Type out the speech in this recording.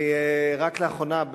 רק לאחרונה,